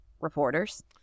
reporters